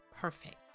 perfect